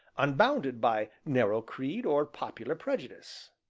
unbounded by narrow creed or popular prejudice.